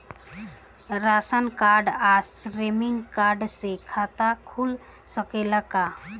Ration card या श्रमिक card से खाता खुल सकेला का?